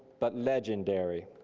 but legendary.